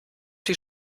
die